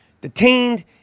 detained